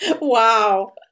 wow